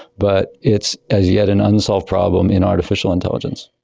but it's as yet an unsolved problem in artificial intelligence.